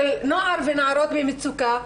של נוער ונערות במצוקה,